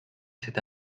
cet